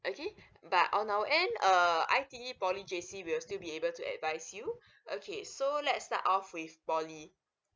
okay but on our end err I_T_E poly J_C we'll still be able to advice you okay so let's start off with poly